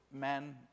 men